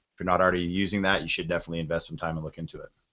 you're not already using that, you should definitely invest some time and look into it.